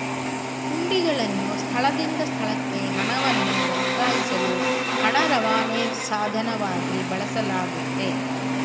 ಹುಂಡಿಗಳನ್ನು ಸ್ಥಳದಿಂದ ಸ್ಥಳಕ್ಕೆ ಹಣವನ್ನು ವರ್ಗಾಯಿಸಲು ಹಣ ರವಾನೆ ಸಾಧನವಾಗಿ ಬಳಸಲಾಗುತ್ತೆ